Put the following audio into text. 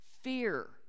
fear